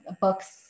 books